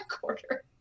quarter